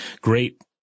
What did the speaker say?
great